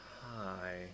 hi